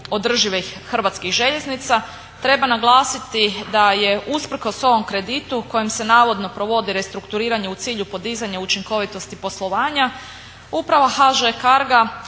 održivih Hrvatskih željeznica treba naglasiti da je usprkos ovom kreditu kojim se navodno provodi restrukturiranje u cilju podizanja učinkovitosti poslovanja Uprava HŽ Carga